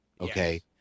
Okay